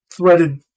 threaded